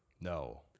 No